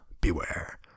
beware